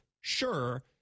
sure